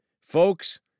Folks